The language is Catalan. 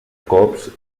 cops